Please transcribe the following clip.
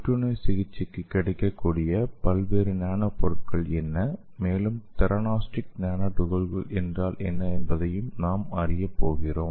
புற்றுநோய் சிகிச்சைக்கு கிடைக்கக்கூடிய பல்வேறு நானோ பொருட்கள் என்ன மேலும் தெரானோஸ்டிக் நானோ துகள் என்ன என்பதையும் நாம் அறியப்போகிறோம்